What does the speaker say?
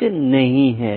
कर रहे हैं